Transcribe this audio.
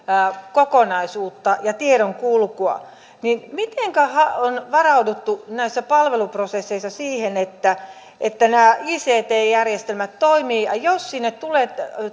kokonaisuutta ja tiedonkulkua niin mitenkä on varauduttu näissä palveluprosesseissa siihen että nämä ict järjestelmät toimivat jos sinne tulee